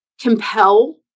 compel